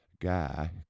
Guy